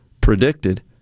predicted